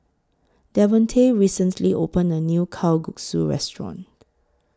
Devontae recently opened A New Kalguksu Restaurant